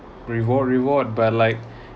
reward reward by like